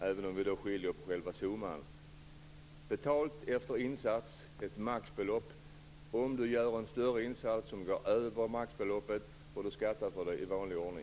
Dessa förslag innebär att man får betalt efter insats, införandet av ett maxbelopp, vid större insats som går utöver maxbeloppet är detta beskattningsbart i vanlig ordning.